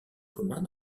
communs